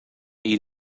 eat